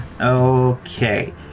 Okay